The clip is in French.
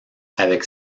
avec